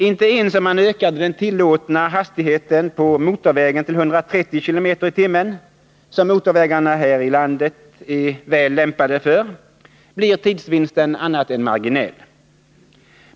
Inte ens om man ökade den tillåtna hastigheten på motorvägen till 130 km/tim, som motorvägarna här i landet är väl lämpade för, blir tidsvinsten annat än marginell.